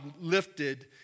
lifted